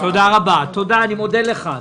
תודה רבה, אני מודה לך.